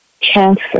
cancer